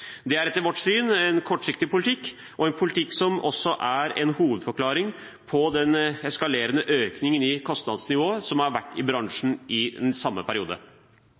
er etter vårt syn en kortsiktig politikk og en politikk som også er en hovedforklaring på den eskalerende økningen i kostnadsnivået som har vært i bransjen i den samme